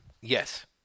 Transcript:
Yes